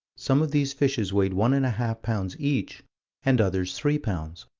some of these fishes weighed one and a half pounds each and others three pounds.